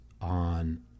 on